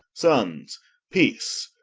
sonnes peace